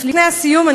לפני הסיום,